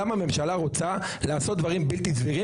למה הממשלה רוצה לעשות דברים בלתי סבירים